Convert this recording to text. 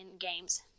games